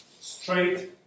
straight